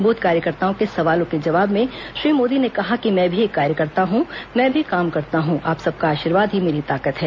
booth कार्यकर्ताओं के सवालों के जवाब में श्री मोदी ने कहा कि मैं भी एक कार्यकर्ता हूं मैं भी काम करता हूं आप सब का आशीर्वाद ही मेरी ताकत है